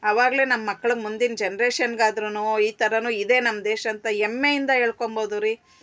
ಅವಾಗಲೇ ನಮ್ಮ ಮಕ್ಳಿಗ್ ಮುಂದಿನ ಜನ್ರೇಷನ್ಗಾದ್ರು ಈ ಥರನು ಇದೇ ನಮ್ಮ ದೇಶ ಅಂತ ಹೆಮ್ಮೆಯಿಂದ ಹೇಳ್ಕೊಬೋದು ರೀ